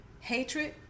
hatred